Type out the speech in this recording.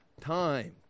time